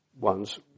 ones